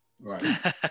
Right